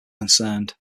concerned